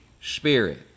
Spirit